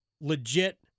Legit